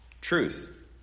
Truth